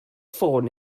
ffôn